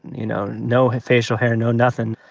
you know, no facial hair, no nothing.